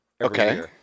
Okay